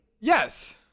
Yes